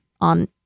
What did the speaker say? on